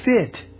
fit